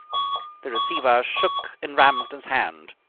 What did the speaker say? the receiver shook in ramsden's hand.